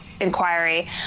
inquiry